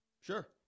Sure